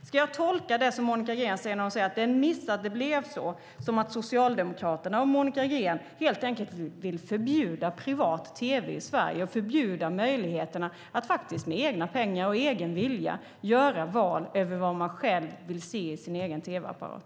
Ska jag tolka det som Monica Green säger som att Socialdemokraterna och Monica Green helt enkelt vill förbjuda privat tv i Sverige och förbjuda möjligheterna att med egna pengar och egen vilja göra val över vad man själv ska kunna se i sin egen tv-apparat?